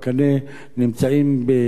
נמצאים בעשייה,